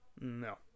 No